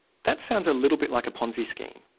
that sounds a little bit like a ponzi scheme.